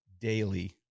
daily